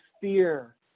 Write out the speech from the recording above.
fear